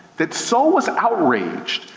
that so was outraged,